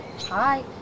hi